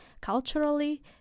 Culturally